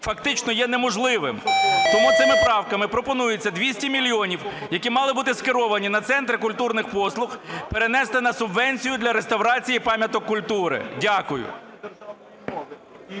фактично є неможливим. Тому цими правками пропонується 200 мільйонів, які мали бути скеровані на центри культурних послуг, перенести на субвенцію для реставрації пам'яток культури. Дякую.